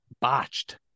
botched